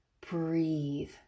breathe